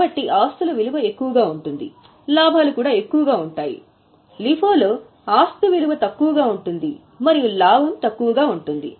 కాబట్టి ఆస్తుల విలువ ఎక్కువగా ఉంటుంది లాభాలు కూడా ఎక్కువగా ఉంటాయి LIFO లో ఆస్తి విలువ తక్కువగా ఉంటుంది మరియు లాభం తక్కువగా ఉంటుంది